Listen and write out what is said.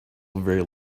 very